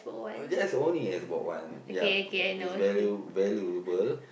just only Xbox-One ya it's very valuable